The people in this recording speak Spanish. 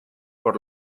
por